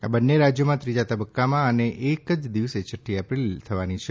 આ બંને રાજ્યોમાં ત્રીજા તબક્કામાં અને એક જ દિવસે છઠ્ઠી એપ્રિલે થવાની છે